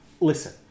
Listen